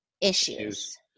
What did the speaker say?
issues